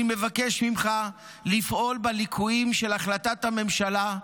אני מבקש ממך לפעול בליקויים של החלטת הממשלה,